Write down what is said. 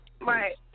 Right